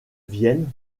vienne